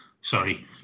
Sorry